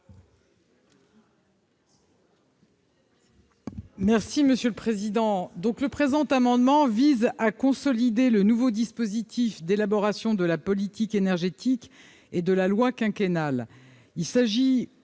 est à Mme la ministre. Le présent amendement vise à consolider le nouveau dispositif d'élaboration de la politique énergétique et de la loi quinquennale. Il s'agit